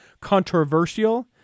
controversial